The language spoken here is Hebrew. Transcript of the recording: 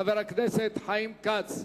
חבר הכנסת חיים כץ.